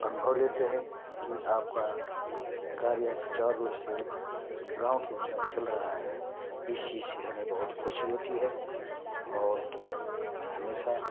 अनुभव लेते हैं कि आपका कार्य सुचारु रूप से गाँव के अंदर चल रहा है इस चीज़ से हमें बहुत खुशी होती है और हमेशा